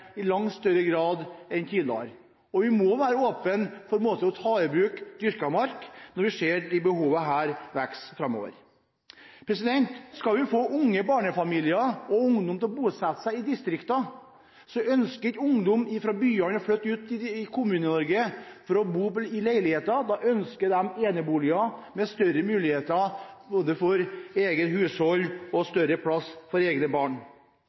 i langt større grad enn tidligere. Vi må være åpne for å ta i bruk dyrket mark, når vi ser at behovet vil øke framover. Skal vi få unge barnefamilier og ungdom til å bosette seg i distriktene, ønsker ikke ungdom fra byene å flytte ut i Kommune-Norge for å bo i leiligheter. De ønsker eneboliger, med flere muligheter for eget hushold og større plass for egne barn.